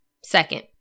Second